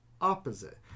opposite